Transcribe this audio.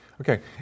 Okay